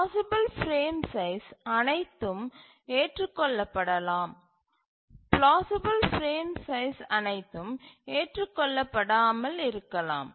plausible frame size அனைத்தும் ஏற்றுக்கொள்ளப்படாமல் இருக்கலாம்